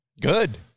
Good